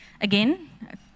again